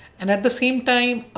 and at the same time,